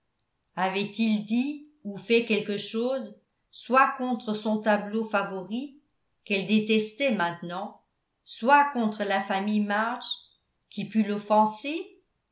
avait-il dit ou fait quelque chose soit contre son tableau favori quelle détestait maintenant soit contre la famille march qui pût l'offenser